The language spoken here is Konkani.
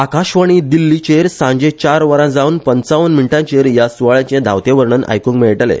आकाशवाणी दिल्ली चेर सांजे चार वरा जावन पंचावन्न मिनटाचेर ह्या सुवाळ्याचे धावते वर्णन आयुकुंक मेळटले